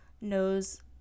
knows